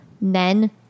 men